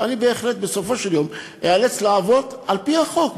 אני בהחלט בסופו של יום איאלץ לעבוד על-פי החוק.